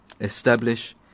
establish